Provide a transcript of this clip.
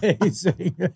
amazing